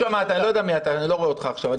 אני לא יודע מי אתה, אני לא רואה אותך עכשיו.